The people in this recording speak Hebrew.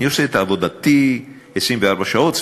אני עושה את עבודתי 24 שעות,